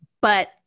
But-